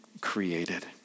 created